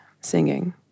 singing